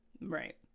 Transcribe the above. Right